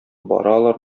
баралар